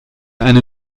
eine